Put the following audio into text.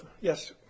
yes